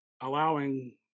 allowing